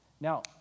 Now